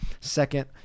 second